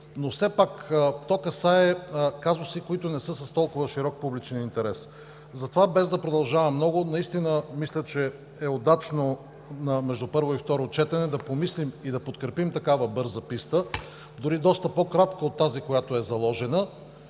но все пак то касае казуси, които не са с толкова широк публичен интерес. Затова, без да продължавам много, наистина мисля, че е удачно между първо и второ четене да помислим и да подкрепим такава бърза писта, дори доста по-кратка от тази, която е заложена,